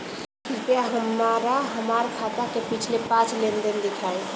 कृपया हमरा हमार खाते से पिछले पांच लेन देन दिखाइ